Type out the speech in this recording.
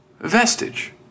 Vestige